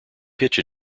pitch